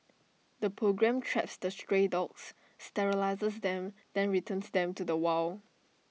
the programme traps the stray dogs sterilises them then returns them to the wild